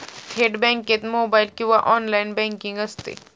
थेट बँकेत मोबाइल किंवा ऑनलाइन बँकिंग असते